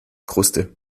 kruste